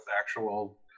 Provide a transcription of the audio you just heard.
actual